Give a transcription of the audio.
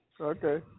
Okay